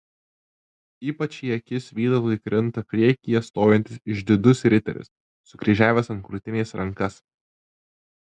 ypač į akis vytautui krinta priekyje stovintis išdidus riteris sukryžiavęs ant krūtinės rankas